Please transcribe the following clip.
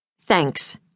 Thanks